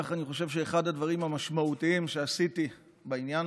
אני חושב שאחד הדברים המשמעותיים שעשיתי בעניין